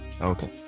Okay